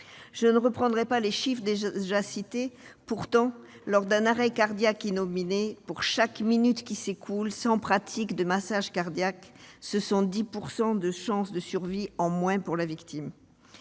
Je ne reprendrai pas les chiffres déjà cités, mais il faut savoir que, lors d'un arrêt cardiaque inopiné, pour chaque minute qui s'écoule sans pratique d'un massage cardiaque, ce sont 10 % de chances de survie en moins pour la victime.